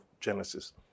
Genesis